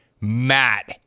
Matt